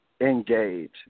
engage